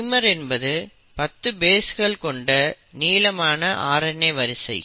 primer என்பது 10 பேஸ்கள் கொண்ட நீளமான RNA வரிசை